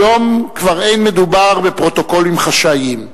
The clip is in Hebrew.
היום כבר אין מדובר בפרוטוקולים חשאיים.